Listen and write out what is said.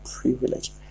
privilege